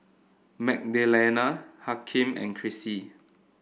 Magdalena Hakeem and Chrissie